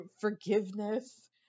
forgiveness